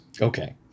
Okay